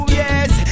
yes